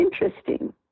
interesting